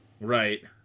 Right